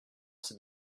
c’est